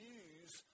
use